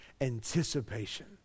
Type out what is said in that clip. anticipation